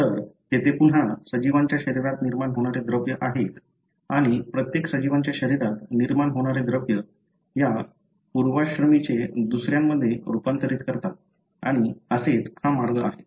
तर तेथे पुन्हा सजीवांच्या शरीरात निर्माण होणारे द्रव्य आहेत आणि प्रत्येक सजीवांच्या शरीरात निर्माण होणारे द्रव्य या पूर्वाश्रमीचे दुसऱ्यामध्ये रूपांतरित करतात आणि असेच हा मार्ग आहे